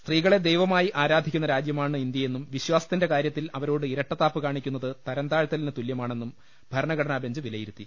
സ്ത്രീകളെ ദൈവമായി ആരാധിക്കുന്ന രാജ്യമാണ് ഇന്ത്യയെന്നും വിശ്വാസത്തിന്റെ കാര്യത്തിൽ അവരോട് ഇരട്ടത്താപ്പ് കാണിക്കുന്നത് തരംതാഴ്ത്തലിന് തുല്യമാണെന്നും ഭരണഘടനാബെഞ്ച് വിലയിരുത്തി